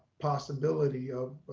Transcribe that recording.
possibility of